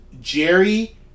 Jerry